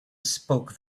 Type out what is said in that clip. spoke